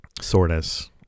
soreness